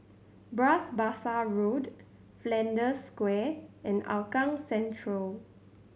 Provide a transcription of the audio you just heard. Bras Basah Road Flanders Square and Hougang Central